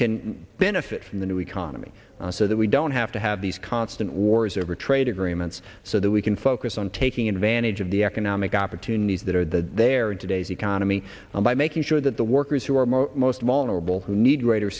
can benefit from the new economy so that we don't have to have these constant wars over trade agreements so that we can focus on taking advantage of the economic opportunities that are the there in today's economy and by making sure that the workers who are most most vulnerable who need ri